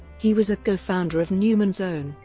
he was a co-founder of newman's own,